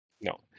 No